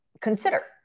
consider